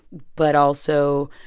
but also